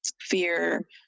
fear